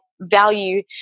value